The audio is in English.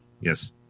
Yes